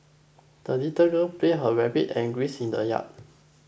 the little girl played her rabbit and grease in the yard